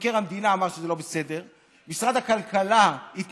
מבקר המדינה אמר שזה לא בסדר, משרד הכלכלה התנגד,